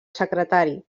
secretari